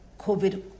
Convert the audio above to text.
COVID